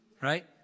right